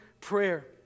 prayer